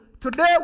today